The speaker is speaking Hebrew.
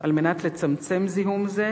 על מנת לצמצם זיהום זה,